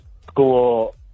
school